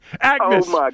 agnes